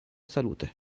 salute